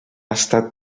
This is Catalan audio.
estat